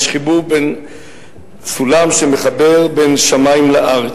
יש סולם שמחבר בין שמים לארץ.